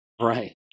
Right